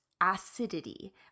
acidity